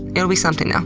it'll be something um